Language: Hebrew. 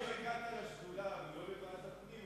פשוט לא הגעת לשדולה ולא לוועדת הפנים,